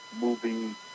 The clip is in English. moving